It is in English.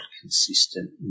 consistent